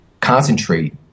concentrate